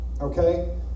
okay